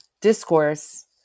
discourse